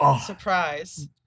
surprise